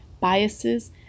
biases